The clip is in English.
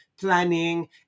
planning